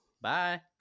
Bye